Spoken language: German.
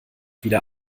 wieder